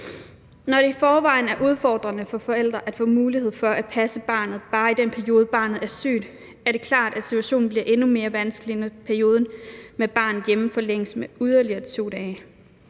Når det i forvejen er udfordrende for forældre at få mulighed for at passe barnet bare i den periode, barnet er sygt, er det klart, at situationen bliver endnu mere vanskelig, når perioden med barn hjemme forlænges med yderligere 2 dage.